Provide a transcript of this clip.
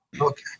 okay